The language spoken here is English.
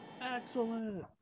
Excellent